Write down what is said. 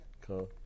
Cool